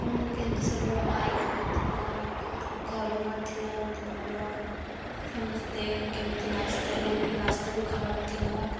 କ'ଣ କେମିତି ସବୁ ବାଇକ୍ ନଥିଲା ଘର ନଥିଲା ଏମିତି ଭଲ ସମସ୍ତେ କେମିତି ରାସ୍ତାରେ ରାସ୍ତା ବି ଖରାପ ଥିଲା